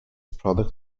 product